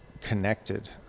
connected